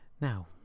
Now